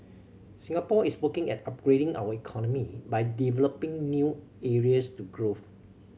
Singapore is working at upgrading our economy by developing new areas to growth